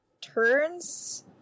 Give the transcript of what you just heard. turns